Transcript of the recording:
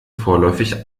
vorläufig